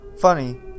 Funny